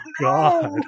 god